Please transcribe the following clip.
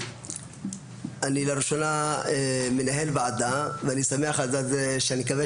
אני לראשונה מנהל ועדה ואני שמח ואני מקווה